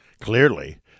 Clearly